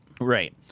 Right